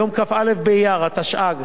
ליום כ"א באייר התשע"ג,